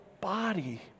body